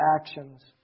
actions